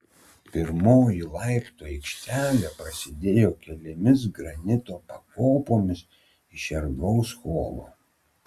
pirmoji laiptų aikštelė prasidėjo keliomis granito pakopomis iš erdvaus holo